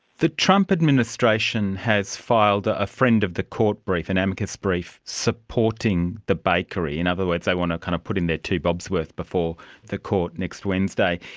the trump administration has filed ah a friend of the court brief, an amicus brief, supporting the bakery. in other words, they want to kind of put in their two-bob's worth before the court next wednesday.